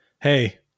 hey